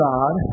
God